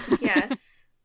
Yes